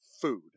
food